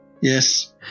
Yes